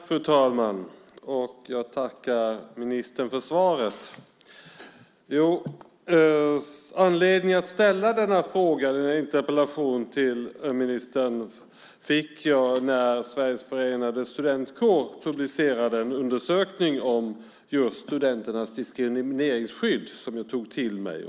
Fru talman! Jag tackar ministern för svaret. Anledningen till att ställa denna interpellation fick jag när Sveriges Förenade Studentkårer publicerade en undersökning om studenternas diskrimineringsskydd, som jag tog till mig.